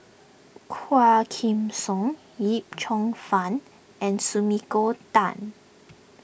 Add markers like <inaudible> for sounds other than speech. Quah Kim Song <noise> Yip Cheong Fun and Sumiko Tan